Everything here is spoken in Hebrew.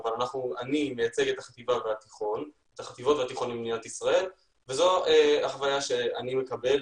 אני מייצג את החטיבות והתיכונים במדינת ישראל וזו החוויה שאני מקבל